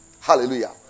Hallelujah